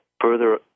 further